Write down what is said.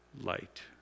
light